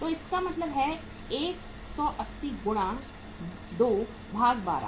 तो इसका मतलब है 180 गुणा 212